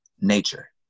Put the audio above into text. nature